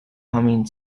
humming